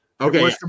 Okay